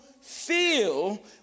feel